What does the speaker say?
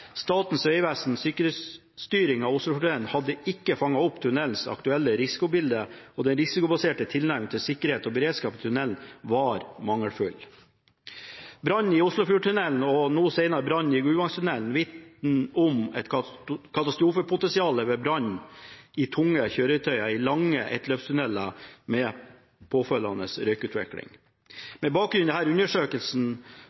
den risikobaserte tilnærming til sikkerheten og beredskapen var mangelfull.» Brannen i Oslofjordtunnelen, og noe senere brannen i Gudvangatunnelen, vitner om et katastrofepotensial ved brann i tunge kjøretøy i lange ettløpstunneler, med påfølgende